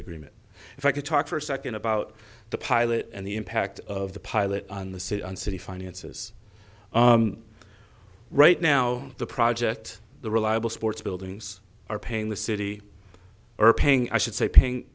agreement if i could talk for a second about the pilot and the impact of the pilot and the city and city finances right now the project the reliable sports buildings are paying the city are paying i should say paying